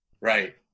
Right